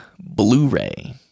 Blu-ray